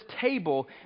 table